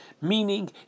Meaning